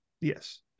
yes